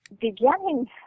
Beginning